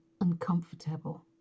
uncomfortable